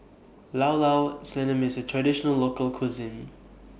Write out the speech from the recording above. Llao Llao Sanum IS A Traditional Local Cuisine